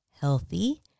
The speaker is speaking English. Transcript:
healthy